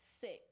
six